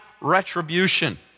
retribution